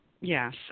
Yes